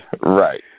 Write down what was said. Right